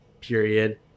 period